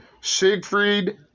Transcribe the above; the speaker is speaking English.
Siegfried